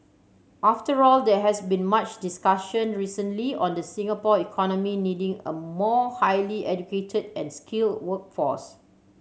after all there has been much discussion recently on the Singapore economy needing a more highly educated and skill workforce